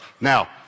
Now